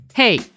Hey